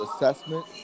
assessment